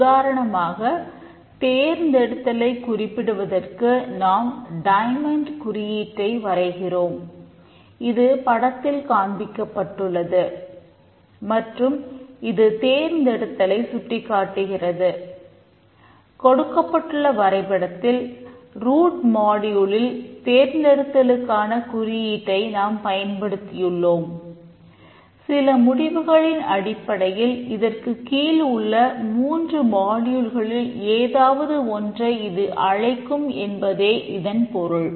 உதாரணமாக தேர்ந்தெடுத்தலை குறிப்பிடுவதற்கு நாம் டைமண்ட் ஏதாவது ஒன்றை இது அழைக்கும் என்பதே இதன் பொருள்